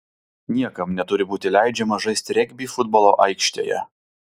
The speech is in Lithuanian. niekam neturi būti leidžiama žaisti regbį futbolo aikštėje